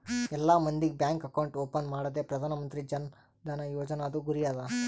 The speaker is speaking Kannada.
ಎಲ್ಲಾ ಮಂದಿಗ್ ಬ್ಯಾಂಕ್ ಅಕೌಂಟ್ ಓಪನ್ ಮಾಡದೆ ಪ್ರಧಾನ್ ಮಂತ್ರಿ ಜನ್ ಧನ ಯೋಜನಾದು ಗುರಿ ಅದ